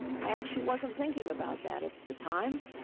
i actually wasn't thinking about that at the time.